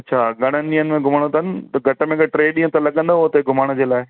अच्छा घणनि ॾींहंनि में घुमिणो अथनि त घटि में घटि टे ॾींहं त लॻंदव हुते घुमण जे लाइ